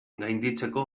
gainditzeko